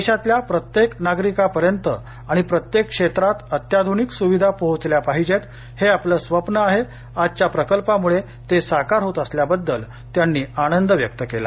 देशातल्या प्रत्येक नागरिकापर्यंत आणि प्रत्येक क्षेत्रात अत्याधुनिक सुविधा पोहचल्या पाहिजेत हे आपलं स्वप्न आहे आजच्या प्रकल्पामुळे ते साकार होत असल्याबद्दल त्यांनी आनंद व्यक्त केला